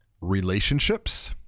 relationships